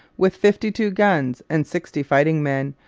with fifty-two guns and sixty fighting men,